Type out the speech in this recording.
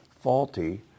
faulty